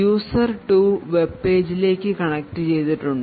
user 2 web പേജിലേക്ക് connect ചെയ്തിട്ടുണ്ട്